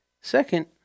Second